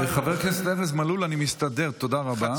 חבר הכנסת ארז מלול, אני מסתדר, תודה רבה.